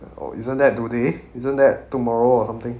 oh isn't that today isn't that tomorrow or something